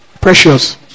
Precious